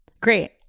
Great